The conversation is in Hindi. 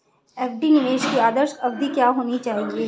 एफ.डी निवेश की आदर्श अवधि क्या होनी चाहिए?